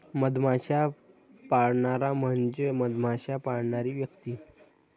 मधमाश्या पाळणारा म्हणजे मधमाश्या पाळणारी व्यक्ती